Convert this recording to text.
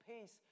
peace